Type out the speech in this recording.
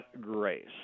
grace